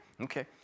Okay